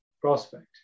prospect